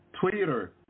Twitter